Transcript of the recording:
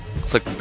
click